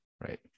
Right